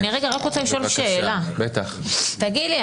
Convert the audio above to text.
אני רק רוצה לשאול שאלה: תגיד לי,